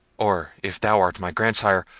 or, if thou art my grandsire,